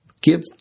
give